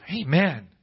Amen